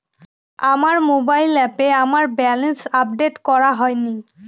আমার মোবাইল অ্যাপে আমার ব্যালেন্স আপডেট করা হয়নি